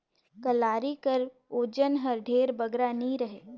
कलारी कर ओजन हर ढेर बगरा नी रहें